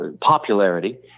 popularity